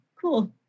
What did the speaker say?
cool